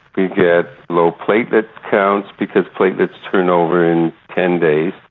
you get low platelet counts because platelets turn over in ten days.